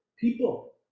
people